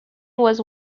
was